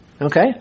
Okay